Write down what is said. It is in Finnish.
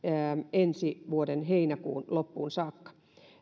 ensi vuoden heinäkuun loppuun saakka